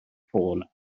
ffôn